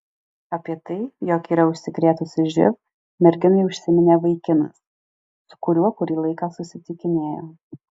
apie tai jog yra užsikrėtusi živ merginai užsiminė vaikinas su kuriuo kurį laiką susitikinėjo